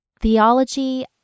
Theology